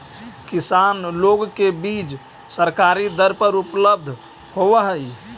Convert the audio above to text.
किसान लोग के बीज सरकारी दर पर उपलब्ध होवऽ हई